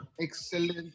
excellent